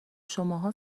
شماها